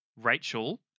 Rachel